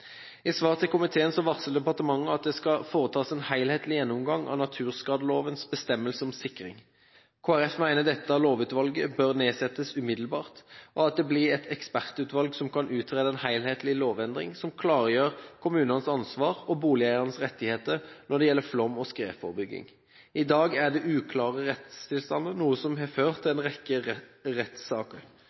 I svar til komiteen varsler departementet at det skal foretas en helhetlig gjennomgang av naturskadelovens bestemmelser om sikring. Kristelig Folkeparti mener dette lovutvalget bør nedsettes umiddelbart, og at det blir et ekspertutvalg som kan utrede en helhetlig lovendring som klargjør kommunenes ansvar og boligeiernes rettigheter når det gjelder flom- og skredforebygging. I dag er det uklare rettstilstander, noe som har ført til en rekke rettssaker.